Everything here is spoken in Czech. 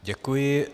Děkuji.